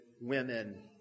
women